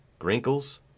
Grinkles